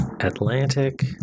atlantic